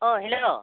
अह hello